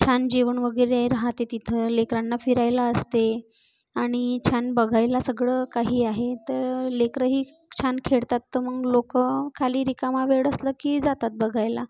छान जेवण वगैरे राहते तिथं लेकरांना फिरायला असते आणि छान बघायला सगळं काही आहे तर लेकरं ही छान खेळतात तर मग लोकं खाली रिकामा वेळ असला की जातात बघायला